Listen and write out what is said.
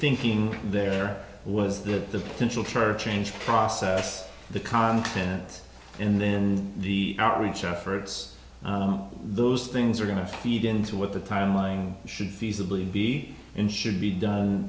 thinking there was that the potential target change process the content and then the outreach efforts those things are going to feed into what the timeline should feasibly be in should be done